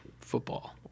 football